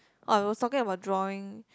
I was talking about drawing